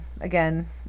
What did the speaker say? again